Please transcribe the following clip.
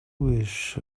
wish